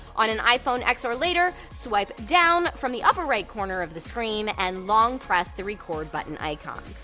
on an iphone x or later, swipe down from the upper-right corner of the screen and long press the record button icon.